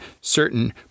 certain